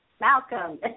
Malcolm